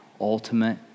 ultimate